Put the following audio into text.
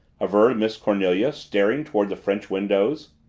averred miss cornelia, staring toward the french windows.